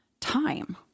time